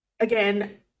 again